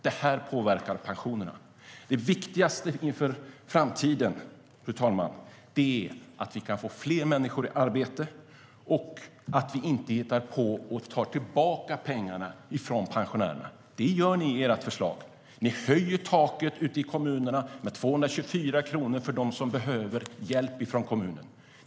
Det påverkar pensionerna. Det viktigaste inför framtiden är att få fler människor i arbete och att vi inte hittar på att vi ska ta tillbaka pengarna från pensionärerna. Det gör ni socialdemokrater i ert förslag. Ni höjer taket ute i kommunerna med 224 kronor för dem som behöver hjälp från kommunen.